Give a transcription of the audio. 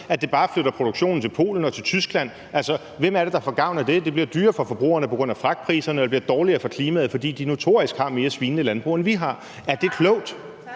at det bare flytter produktionen til Polen og til Tyskland? Altså, hvem er det, der får gavn af det? Det bliver dyrere for forbrugerne på grund af fragtpriserne, og det bliver dårligere for klimaet, fordi de notorisk har mere svinende landbrug, end vi har. Er det klogt?